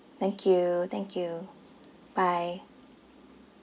thank you thank you bye